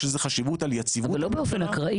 יש לזה חשיבות על יציבות --- אבל לא באופן אקראי,